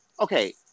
Okay